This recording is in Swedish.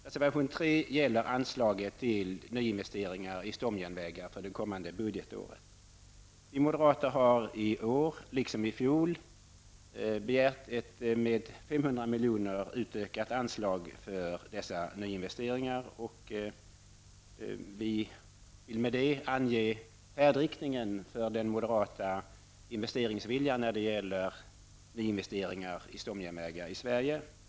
Reservation 3 gäller anslaget till nyinvesteringar i stomjärnvägar för det kommande budgetåret. Vi moderater har i år liksom i fjol begärt ett med 500 miljoner utökat anslag för dessa nyinvesteringar, och vi vill med det ange färdriktningen för den moderata investeringsviljan när det gäller nyinvesteringar i stomjärnvägar i Sverige.